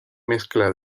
mezcla